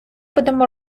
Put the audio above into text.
будемо